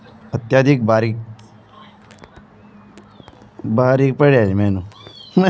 अत्यधिक बारिश फसल को कैसे नुकसान पहुंचाती है?